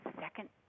second